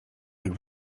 jak